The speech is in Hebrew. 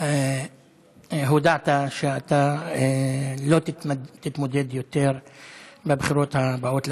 הודעת שאתה לא תתמודד בבחירות הבאות לכנסת.